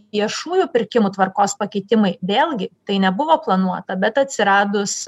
viešųjų pirkimų tvarkos pakeitimai vėlgi tai nebuvo planuota bet atsiradus